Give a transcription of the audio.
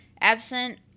Absent